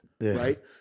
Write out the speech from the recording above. right